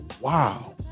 wow